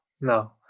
no